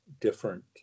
different